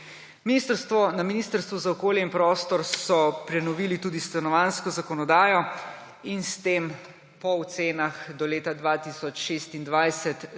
Na Ministrstvu za okolje in prostor so prenovili tudi stanovanjsko zakonodajo in s tem po ocenah do leta 2026